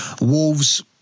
Wolves